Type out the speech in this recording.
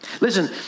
Listen